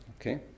Okay